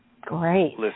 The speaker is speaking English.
Great